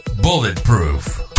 bulletproof